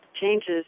changes